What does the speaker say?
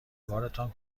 بارتان